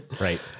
Right